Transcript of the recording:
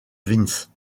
vince